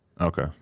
Okay